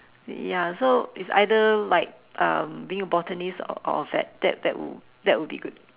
ya so it's either like um being a botanist or or that that that would that would be good